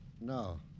No